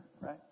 right